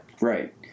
right